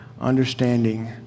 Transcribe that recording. understanding